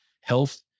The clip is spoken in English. health